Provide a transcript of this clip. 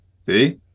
see